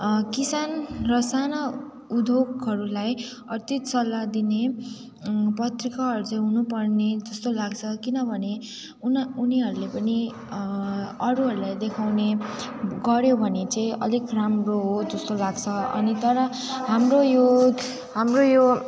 किसान र साना उद्योगहरूलाई अति सल्लाह दिने पत्रिकाहरू चाहिँ हुनुपर्ने जस्तो लाग्छ किनभने उना उनीहरूले पनि अरूहरूलाई देखाउने गर्यो भने चाहिँ अलिक राम्रो हो जस्तो लाग्छ अनि तर हाम्रो यो हाम्रो यो